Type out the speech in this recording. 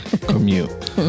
commute